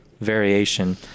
variation